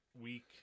week